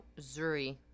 Zuri